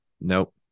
nope